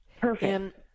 Perfect